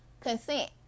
Consent